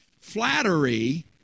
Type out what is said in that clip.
flattery